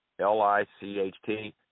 L-I-C-H-T